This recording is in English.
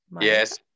Yes